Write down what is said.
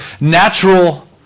natural